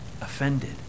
offended